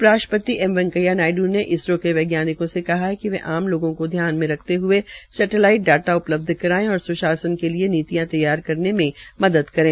उप राष्ट्रपति एम वैकेंया नायड्र ने इसरो के वैज्ञानिकों से कहा है कि वे आम लोगों को ध्यान में रखते हए सेटेलाइट डाटा उपलब्ध कराये और स्शासन के लिए नीतियां तैयार करने में मदद करे